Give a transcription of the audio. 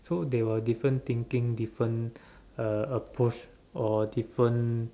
so they will different thinking different uh approach or different